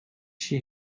she